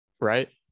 Right